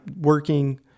working